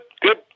good